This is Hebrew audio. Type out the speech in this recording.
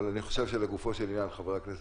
אבל אני חושב שלגופו של עניין חברי הכנסת